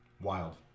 wild